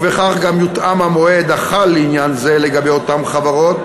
ובכך גם יותאם המועד החל לעניין זה לגבי אותן חברות